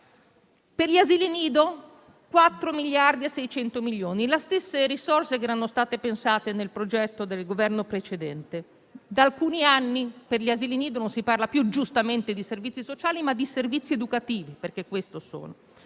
Agli asili nido sono destinati 4,6 miliardi, le stesse risorse che erano state pensate nel progetto del Governo precedente. Da alcuni anni per gli asili nido non si parla più giustamente di servizi sociali, ma di servizi educativi, perché questo sono.